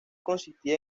consistía